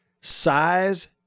size